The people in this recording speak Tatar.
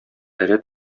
эре